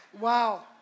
Wow